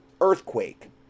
earthquake